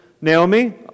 Naomi